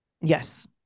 Yes